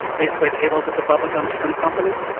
used to wait tables at the bubba gump shrimp company.